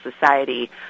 Society